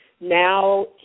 now